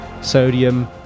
sodium